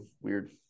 Weird